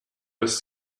was